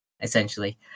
essentially